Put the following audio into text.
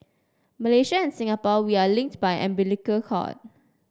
Malaysia and Singapore we are linked by umbilical cord